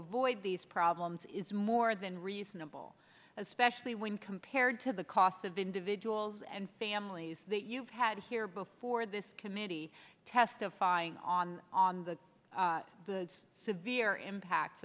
avoid these problems is more than reasonable especially when compared to the cost of individuals and families that you've had here before this committee testifying on on the severe impact